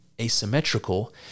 asymmetrical